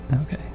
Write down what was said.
Okay